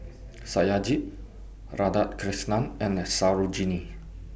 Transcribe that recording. Satyajit Radhakrishnan and Sarojini